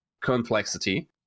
complexity